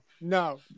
no